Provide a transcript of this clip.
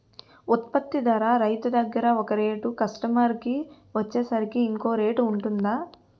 ఉత్పత్తి ధర రైతు దగ్గర ఒక రేట్ కస్టమర్ కి వచ్చేసరికి ఇంకో రేట్ వుంటుందా?